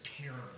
terrible